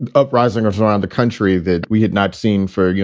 and uprisings around the country that we had not seen for, you